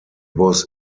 was